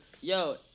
yo